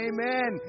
Amen